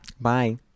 Bye